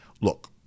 look